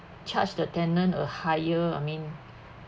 charged the tenant a higher I mean